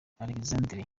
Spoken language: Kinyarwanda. alexander